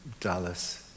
Dallas